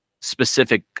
specific